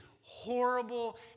horrible